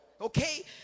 okay